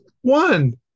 one